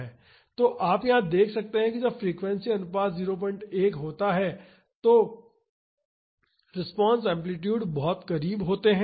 तो यहाँ आप देख सकते हैं कि जब फ्रीक्वेंसी अनुपात 01 होता है तो रिस्पांस एम्पलीटुडस बहुत करीब होते हैं